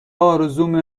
آرزومه